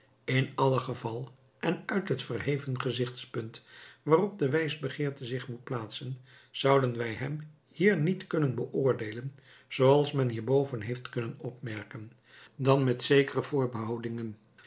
in allen geval en uit het verheven gezichtspunt waarop de wijsbegeerte zich moet plaatsen zouden wij hem hier niet kunnen beoordeelen zooals men hierboven heeft kunnen opmerken dan met zekere